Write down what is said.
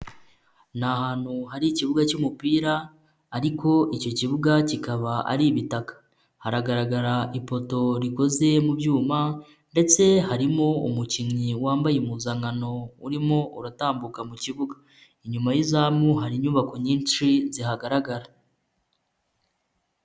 Ni ahantu hari ikibuga cy'umupira, ariko icyo kibuga kikaba ari ibitaka hagaragara ipoto rikoze mu byuma ndetse harimo umukinnyi wambaye impuzankano urimo uratambuka mu kibuga, inyuma y'izamu hari inyubako nyinshi zihagaragara.